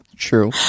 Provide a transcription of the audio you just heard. true